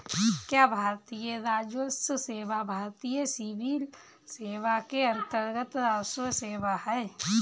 क्या भारतीय राजस्व सेवा भारतीय सिविल सेवा के अन्तर्गत्त राजस्व सेवा है?